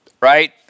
right